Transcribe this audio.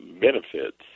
benefits